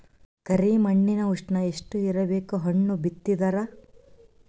ಕರಿ ಮಣ್ಣಿನ ಉಷ್ಣ ಎಷ್ಟ ಇರಬೇಕು ಹಣ್ಣು ಬಿತ್ತಿದರ?